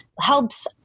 helps